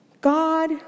God